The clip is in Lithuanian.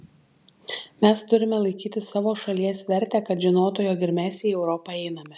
mes turime laikyti savo šalies vertę kad žinotų jog ir mes į europą einame